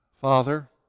Father